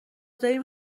داریم